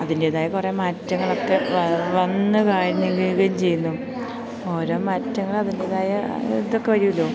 അതിൻ്റേതായ കുറെ മാറ്റങ്ങളൊക്കെ വന്ന് കഴിയുകയും ചെയ്യുന്നു ഓരോ മാറ്റങ്ങള് അതിൻ്റേതായ ഇതൊക്കെ വരുമല്ലോ